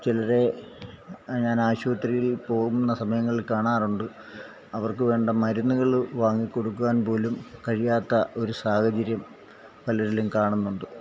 ചിലരെ ഞാൻ ആശുപത്രിയിൽ പോകുന്ന സമയങ്ങളിൽ കാണാറുണ്ട് അവർക്ക് വേണ്ട മരുന്നുകള് വാങ്ങിക്കൊടുക്കുവാൻ പോലും കഴിയാത്ത ഒരു സാഹചര്യം പലരിലും കാണുന്നുണ്ട്